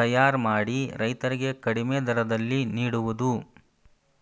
ತಯಾರ ಮಾಡಿ ರೈತರಿಗೆ ಕಡಿಮೆ ದರದಲ್ಲಿ ನಿಡುವುದು